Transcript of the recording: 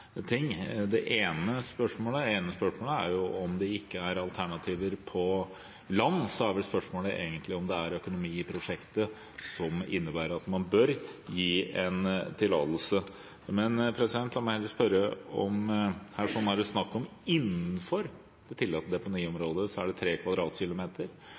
det flere ting. Det ene spørsmålet er om det ikke er alternativer på land, og så er vel spørsmålet egentlig om det er økonomi i prosjektet som innebærer at man bør gi en tillatelse. Men la meg heller spørre: Her er det snakk om at innenfor det tillatte deponiområdet er det